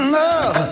love